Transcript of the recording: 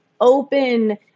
open –